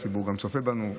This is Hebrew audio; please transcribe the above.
הציבור גם צופה בנו,